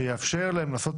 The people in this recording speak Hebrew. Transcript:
שיאפשר להם לעשות